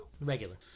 Regular